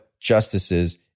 justices